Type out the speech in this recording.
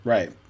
Right